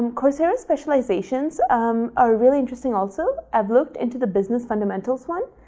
coursera specializations um are really interesting also. i've looked into the business fundamentals one.